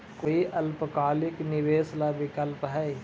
कोई अल्पकालिक निवेश ला विकल्प हई?